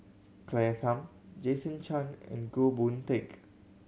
Claire Tham Jason Chan and Goh Boon Teck